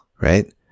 right